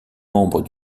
membre